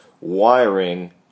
wiring